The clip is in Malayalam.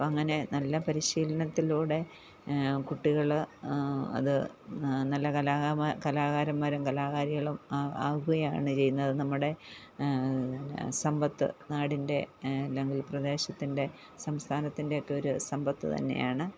അപ്പം അങ്ങനെ നല്ല പരിശീലനത്തിലൂടെ കുട്ടികൾ അത് നല്ല കലാകാരന്മാരും കലാകാരികളും ആകുകയാണ് ചെയ്യുന്നത് നമ്മുടെ സമ്പത്ത് നാടിൻ്റെ അല്ലങ്കിൽ പ്രദേശത്തിൻ്റെ സംസ്ഥാനത്തിൻ്റെയൊക്കെ ഒരു സമ്പത്ത് തന്നെയാണ്